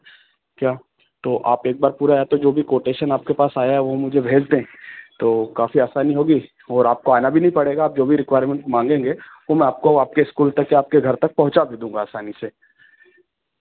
क्या तो आप एक बार पूरा या तो जो भी कोटेशन आपके पास आया है वह मुझे भेज दें तो काफ़ी आसानी होगी ओर आपको आना भी नहीं पड़ेगा आप जो भी रिक्वायरमेंट माँगेंगे वह मैं आपको आपके इस्कूल तक या घर तक पहुँचा भी दूँगा आसानी से